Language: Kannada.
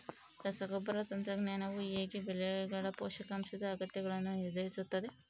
ರಸಗೊಬ್ಬರ ತಂತ್ರಜ್ಞಾನವು ಹೇಗೆ ಬೆಳೆಗಳ ಪೋಷಕಾಂಶದ ಅಗತ್ಯಗಳನ್ನು ನಿರ್ಧರಿಸುತ್ತದೆ?